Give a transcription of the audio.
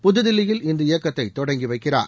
புததில்லியில் இந்த இயக்கத்தை தொடங்கி வைக்கிறார்